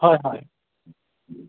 হয় হয়